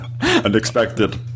Unexpected